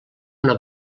una